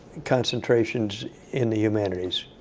concentrations in the humanities.